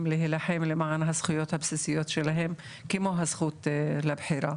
להילחם למען הזכויות הבסיסיות שלהם כמו הזכות לבחירה.